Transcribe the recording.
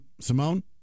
Simone